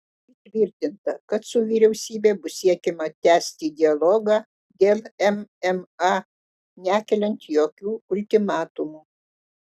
įtvirtinta kad su vyriausybe bus siekiama tęsti dialogą dėl mma nekeliant jokių ultimatumų